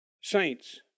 Saints